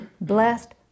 blessed